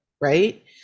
right